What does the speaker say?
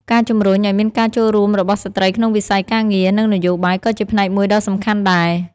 ការជំរុញឱ្យមានការចូលរួមរបស់ស្ត្រីក្នុងវិស័យការងារ និងនយោបាយក៏ជាផ្នែកមួយដ៏សំខាន់ដែរ។